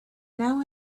now